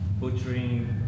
butchering